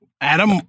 Adam